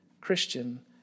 Christian